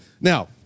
Now